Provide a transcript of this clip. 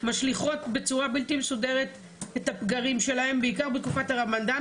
משליכות בצורה בלתי מסודרת את הפגרים שלהם בעיקר בתקופת הרמדאן,